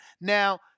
Now